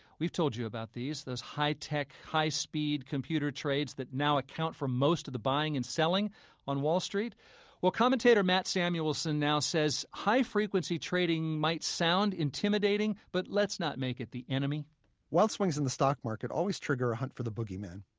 we've told you about these those high-tech high-speed computer trades that now account for most of the buying and selling on wall street well, commentator matt samelson says high-frequency trading might sound intimidating, but let's not make it the enemy wild swings in the stock market always trigger a hunt for a bogeyman.